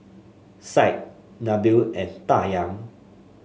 Syed Nabil and Dayang